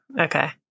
Okay